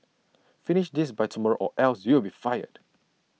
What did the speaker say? finish this by tomorrow or else you'll be fired